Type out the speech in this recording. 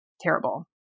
terrible